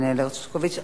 דניאל הרשקוביץ.